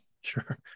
sure